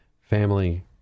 family